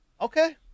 Okay